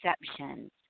exceptions